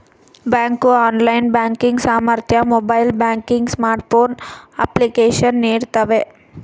bank online banking ಸಾಮರ್ಥ್ಯ mobile banking smartphone application ನೀಡ್ತವೆ